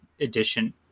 edition